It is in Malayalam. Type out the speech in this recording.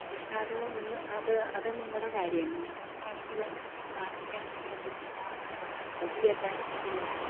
പക്ഷെ അത് നി അത് അത് നിങ്ങളുടെ കാര്യം ഞങ്ങൾക്കാണെങ്കിൽ പ്രാർത്ഥിക്കാനൊന്നും പറ്റുന്നില്ല പിന്നെ പൊടിയെല്ലാം ഇങ്ങോട്ട് വരുന്നു